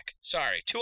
Sorry